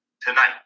tonight